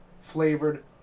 flavored